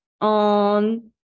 on